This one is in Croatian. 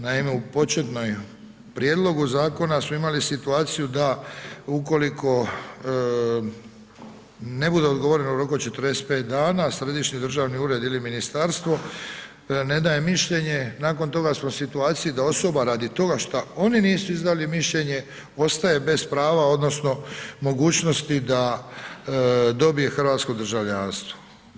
Naime, u početnom prijedlogu zakona smo imali situaciju da ukoliko ne bude odgovoreno u roku od 45 dana, središnji državni ured ili ministarstvo ne daje mišljenje, nakon toga smo u situaciji da osoba radi toga šta oni nisu izdali mišljenje, ostaje bez prava odnosno mogućnosti da dobije hrvatsko državljanstvo.